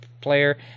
player